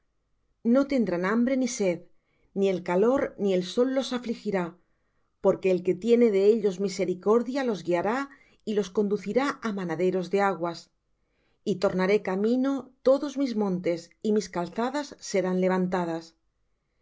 no tendrán hambre ni sed ni el calor ni el sol los afligirá porque el que tiene de ellos misericordia los guiará y los conducirá á manaderos de aguas y tornaré camino todos mis montes y mis calzadas serán levantadas